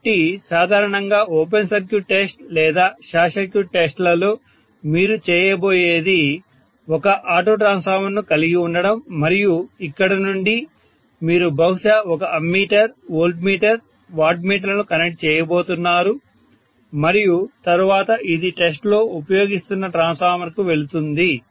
కాబట్టి సాధారణంగా open circuit test లేదా షార్ట్ సర్క్యూట్ టెస్ట్ లలో మీరు చేయబోయేది ఒక ఆటో ట్రాన్స్ఫార్మర్ ను కలిగి ఉండడం మరియు ఇక్కడ నుండి మీరు బహుశా ఒక అమ్మీటర్ వోల్టమీటర్ వాట్మీటర్ కనెక్ట్ చేయబోతున్నారు మరియు తరువాత ఇది టెస్ట్ లో ఉపయోగిస్తున్న ట్రాన్స్ఫార్మర్ కు వెళ్తుంది